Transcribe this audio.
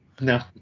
No